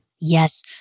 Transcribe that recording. Yes